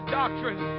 doctrine